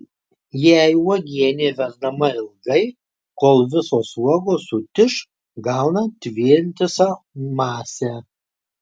jei uogienė verdama ilgai kol visos uogos sutiš gaunant vientisą masę